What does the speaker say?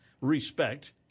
Respect